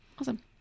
Awesome